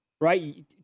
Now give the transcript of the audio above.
right